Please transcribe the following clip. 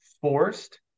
forced